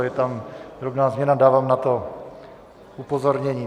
Je tam drobná změna, dávám na to upozornění.